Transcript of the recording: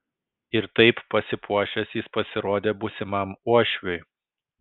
ir taip pasipuošęs jis pasirodė būsimam uošviui